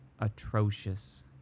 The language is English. atrocious